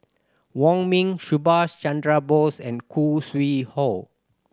Wong Ming Subhas Chandra Bose and Khoo Sui Hoe